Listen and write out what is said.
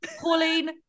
Pauline